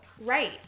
Right